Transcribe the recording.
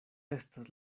estas